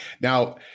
Now